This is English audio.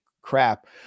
crap